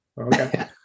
Okay